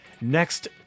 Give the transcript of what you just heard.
next